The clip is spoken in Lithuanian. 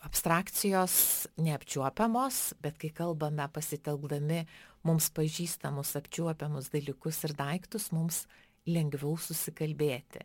abstrakcijos neapčiuopiamos bet kai kalbame pasitelkdami mums pažįstamus apčiuopiamus dalykus ir daiktus mums lengviau susikalbėti